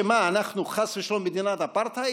שאנחנו, חס ושלום, מדינת אפרטהייד,